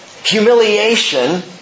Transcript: Humiliation